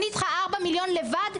אני צריכה ארבעה מיליון לבד,